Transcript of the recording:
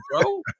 bro